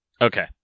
Okay